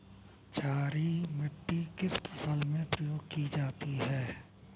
क्षारीय मिट्टी किस फसल में प्रयोग की जाती है?